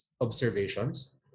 observations